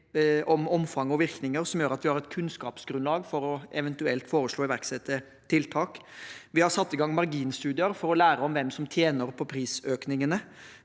om omfang og virkninger, noe som gjør at vi har et kunnskapsgrunnlag for eventuelt å foreslå å iverksette tiltak. Vi har satt i gang marginstudier for å lære om hvem som tjener på prisøkningene.